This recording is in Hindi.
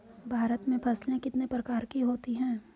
भारत में फसलें कितने प्रकार की होती हैं?